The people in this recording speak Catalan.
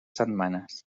setmanes